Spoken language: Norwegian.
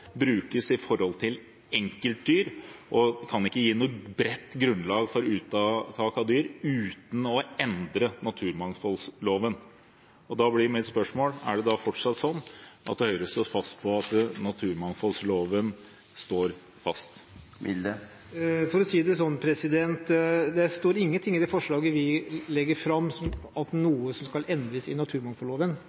brukes når det gjelder enkeltdyr, og kan ikke gi noe bredt grunnlag for uttak av dyr uten å endre naturmangfoldloven. Da blir mitt spørsmål: Er det fortsatt sånn for Høyre at naturmangfoldloven står fast? For å si det sånn: Det står ingenting i det forslaget vi legger fram, om at noe skal endres i naturmangfoldloven.